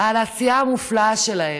על העשייה המופלאה שלהם,